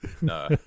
No